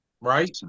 Right